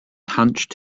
hunched